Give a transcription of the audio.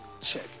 check